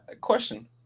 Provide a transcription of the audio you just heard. question